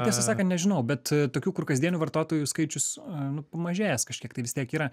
tiesą sakant nežinau bet tokių kur kasdienių vartotojų skaičius nu pamažėjęs kažkiek tai vis tiek yra